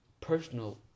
personal